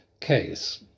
case